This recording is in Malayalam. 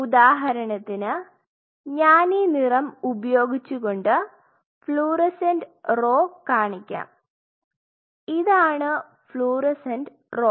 ഉദാഹരണത്തിന് ഞാൻ ഈ നിറം ഉപയോഗിച്ചുകൊണ്ട് ഫ്ലൂറസെന്റ് റോ കാണിക്കാം ഇതാണ് ഫ്ലൂറസെന്റ് റോ